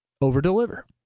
over-deliver